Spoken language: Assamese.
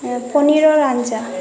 পনীৰৰ আঞ্জা